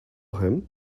him